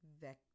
Vector